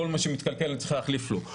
כל מה שמתקלקל אני צריך להחליף לו.